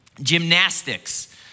gymnastics